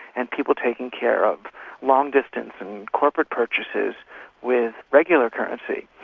and people taking care of long-distance and corporate purchases with regular currency.